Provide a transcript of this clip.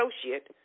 associate